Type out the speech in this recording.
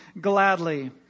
gladly